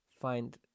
find